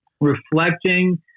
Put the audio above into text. reflecting